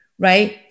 right